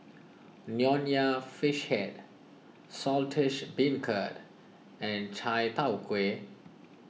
Nonya Fish Head Saltish Beancurd and Chai Tow Kuay